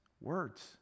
words